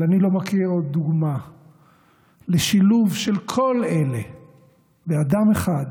אבל אני לא מכיר עוד דוגמה לשילוב של כל אלה באדם אחד,